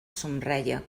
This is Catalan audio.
somreia